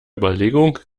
überlegung